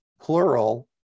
plural